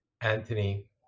Anthony